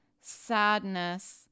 sadness